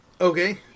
Okay